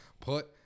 Put